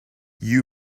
you